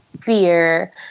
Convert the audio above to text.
fear